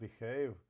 behave